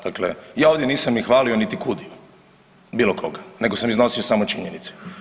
Dakle, ja ovdje nisam ih hvalio niti kudio bilo koga nego sam iznosio samo činjenice.